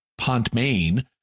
Pontmain